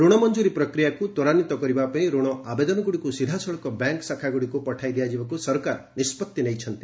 ଋଣ ମଞ୍ଜୁରୀ ପ୍ରକ୍ରିୟାକୁ ତ୍ୱରାନ୍ୱିତ କରିବା ପାଇଁ ରଣ ଆବେଦନଗୁଡ଼ିକୁ ସିଧାସଳଖ ବ୍ୟାଙ୍କ୍ ଶାଖାଗୁଡ଼ିକୁ ପଠାଇ ଦିଆଯିବାକୁ ସରକାର ନିଷ୍ପତ୍ତି ନେଇଛନ୍ତି